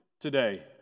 today